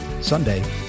Sunday